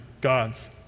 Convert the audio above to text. God's